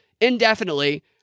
indefinitely